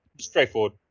straightforward